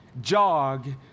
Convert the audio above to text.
jog